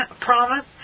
promise